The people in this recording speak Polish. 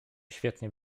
świetnie